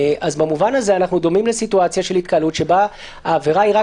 במובן זה אנחנו דומים למצב של התקהלות שבו העבירה היא רק